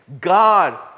God